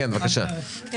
כפי שאמרנו: השמנה,